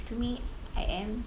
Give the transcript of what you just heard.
to me I am